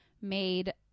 made